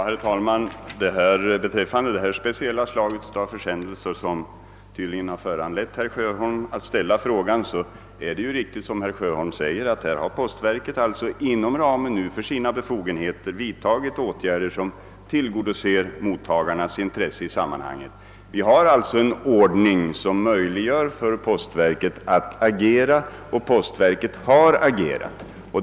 Herr talman! Beträffande de speciella slag av försändelser som tydligen föranlett herr Sjöholm att ställa frågan har postverket inom ramen för sina befogenheter vidtagit åtgärder som tillgodoser mottagarnas intressen. Vi har alltså en ordning som möjliggör för postverket att agera, och postverket har agerat.